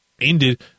ended